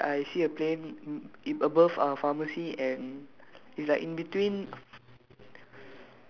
so like what you say I see a plane mm above uh pharmacy and it's like in between